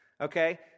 okay